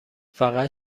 فقط